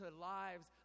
lives